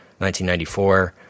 1994